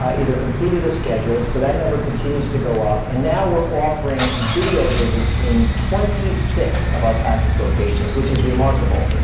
ah either completed or scheduled. so that number continues to go up. and now, we're offering video visits in twenty six of our practice locations, which is remarkable. that's